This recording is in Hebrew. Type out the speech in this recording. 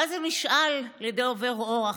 ואז הוא נשאל על ידי עובר אורח,